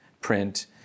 print